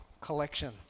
collection